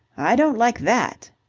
i don't like that.